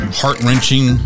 heart-wrenching